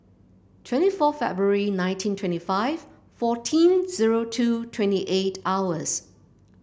twenty four February nineteen twenty five fourteen zero two twenty eight hours